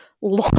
Long